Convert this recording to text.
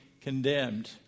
condemned